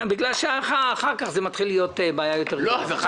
בגלל שאחר כך זה מתחיל להיות בעיה יותר גדולה.